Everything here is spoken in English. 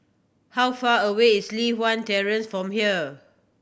how far away is Li Hwan Terrace from here